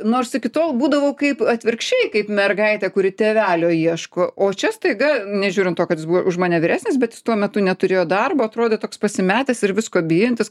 nors iki tol būdavau kaip atvirkščiai kaip mergaitė kuri tėvelio ieško o čia staiga nežiūrint to kad jis buvo už mane vyresnis bet jis tuo metu neturėjo darbo atrodė toks pasimetęs ir visko bijantis